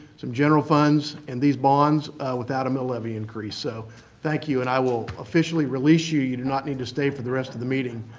some general funds, and these bonds without a mill levy increase. so thank you. and i will officially release you. you do not need to stay for the rest of the meeting.